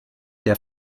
der